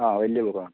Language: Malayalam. ആ വലിയ പൂവാണ്